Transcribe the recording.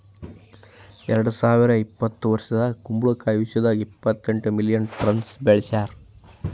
ಎರಡು ಸಾವಿರ ಇಪ್ಪತ್ತು ವರ್ಷದಾಗ್ ಕುಂಬಳ ಕಾಯಿ ವಿಶ್ವದಾಗ್ ಇಪ್ಪತ್ತೆಂಟು ಮಿಲಿಯನ್ ಟನ್ಸ್ ಬೆಳಸ್ಯಾರ್